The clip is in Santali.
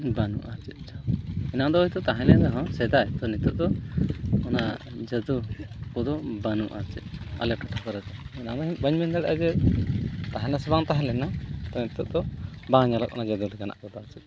ᱵᱟᱹᱱᱩᱜᱼᱟ ᱪᱮᱫ ᱪᱚ ᱮᱱᱟᱝ ᱫᱚ ᱦᱳᱭᱛᱚ ᱛᱟᱦᱮᱞᱮᱱ ᱨᱮᱦᱚᱸ ᱥᱮᱫᱟᱭ ᱛᱚ ᱱᱤᱛᱳᱜ ᱫᱚ ᱚᱱᱟ ᱡᱟᱫᱩ ᱠᱚᱫᱚ ᱵᱟᱹᱱᱩᱜᱼᱟ ᱪᱮᱫ ᱪᱚ ᱟᱞᱮ ᱴᱚᱴᱷᱟ ᱠᱚᱨᱮ ᱫᱚ ᱚᱱᱟ ᱢᱟ ᱵᱟᱹᱧ ᱢᱮᱱ ᱫᱟᱲᱮᱼᱟ ᱡᱮ ᱛᱟᱦᱮᱸ ᱞᱮᱱᱟ ᱥᱮ ᱵᱟᱝ ᱛᱟᱦᱮᱸ ᱞᱮᱱᱟ ᱛᱚ ᱱᱤᱛᱳᱜ ᱫᱚ ᱵᱟᱝ ᱧᱮᱞᱚᱜ ᱠᱟᱱᱟ ᱡᱟᱫᱩ ᱞᱮᱠᱟᱱᱟᱜ ᱠᱚᱫᱚ